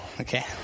Okay